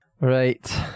Right